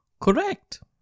Correct